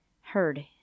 heard